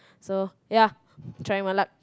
so ya trying my luck